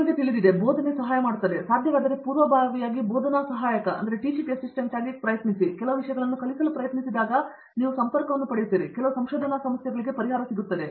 ನಿಮಗೆ ತಿಳಿದಿರುವುದು ಬೋಧನೆ ಸಹಾಯ ಮಾಡುತ್ತದೆ ಸಾಧ್ಯವಾದರೆ ಪೂರ್ವಭಾವಿಯಾಗಿ ಬೋಧನಾ ಸಹಾಯಕರಾಗಿ ಪ್ರಯತ್ನಿಸಿ ಏಕೆಂದರೆ ನೀವು ಕೆಲವು ವಿಷಯಗಳನ್ನು ಕಲಿಸಲು ಪ್ರಯತ್ನಿಸಿದಾಗ ನೀವು ಸಂಪರ್ಕವನ್ನು ಪಡೆಯುತ್ತೀರಿ ಮತ್ತು ನಿಮ್ಮ ಕೆಲವು ಸಂಶೋಧನಾ ಸಮಸ್ಯೆಗಳಿಗೆ ಪರಿಹಾರ ಸಿಗುತ್ತದೆ